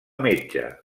metge